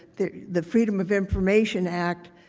the the freedom of information act